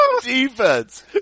Defense